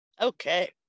Okay